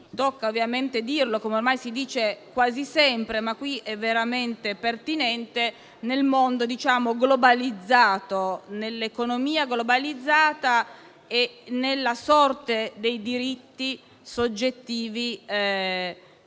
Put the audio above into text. tocca dirlo, come ormai si dice quasi sempre, perché qui è veramente pertinente - nel mondo globalizzato, nell'economia globalizzata e nella sorte dei diritti soggettivi nel